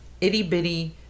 itty-bitty